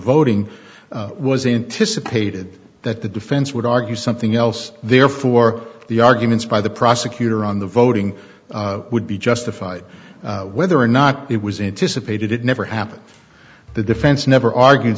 voting was intisar pated that the defense would argue something else therefore the arguments by the prosecutor on the voting would be justified whether or not it was anticipated it never happened the defense never argued